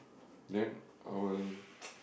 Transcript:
then our